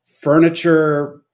furniture